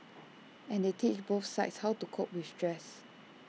and they teach both sides how to cope with stress